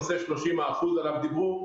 ואם זה נושא 30% שעליו דיברו,